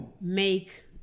make